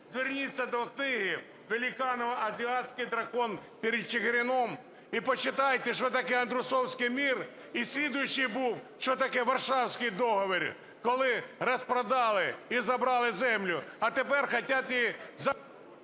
зверніться до книги Великанова "Азиатский дракон перед Чигирином" і почитайте, що таке Андрусівський мир, і слідуючий був, що таке Варшавський договір, коли розпродали і забрали землю. А тепер… ГОЛОВУЮЧИЙ.